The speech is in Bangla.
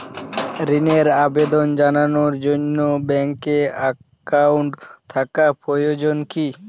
ঋণের আবেদন জানানোর জন্য ব্যাঙ্কে অ্যাকাউন্ট থাকা প্রয়োজন কী?